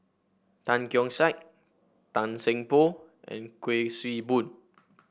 Tan Keong Saik Tan Seng Poh and Kuik Swee Boon